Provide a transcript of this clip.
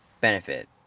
benefit